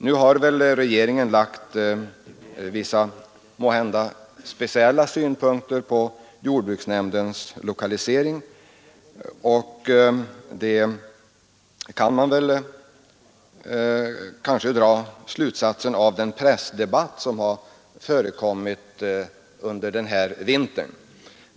Nu har regeringen måhända anlagt vissa speciella synpunkter på jordbruksnämndens lokalisering — den slutsatsen kan man väl dra av den pressdebatt som förekommit under vintern.